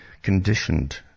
conditioned